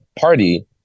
party